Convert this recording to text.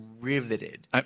riveted